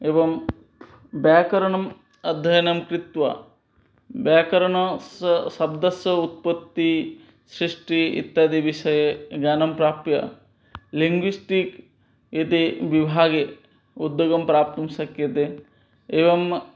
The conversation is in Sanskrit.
एवं व्याकरणम् अध्ययनं कृत्वा व्याकरणस्य शब्दस्य उत्पत्तिः सृष्टिः इत्यादिविषये ज्ञानं प्राप्य लिङ्ग्विश्टिक् इति विभागे उद्योगः प्राप्तुं शक्यते एवं